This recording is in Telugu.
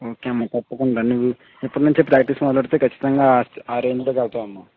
ఓకే తప్పకుండా నువ్వు ఇప్పటి నుండే ప్రాక్టీస్ మొదలుపెడితే ఖచ్చితంగా ఆ రేంజ్లోకి వెళతావు అమ్మా